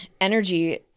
energy